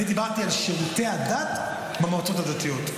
אני דיברתי על שירותי הדת במועצות הדתיות.